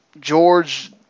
George